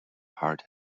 heart